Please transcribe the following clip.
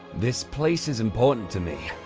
this place is important to me.